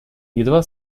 едва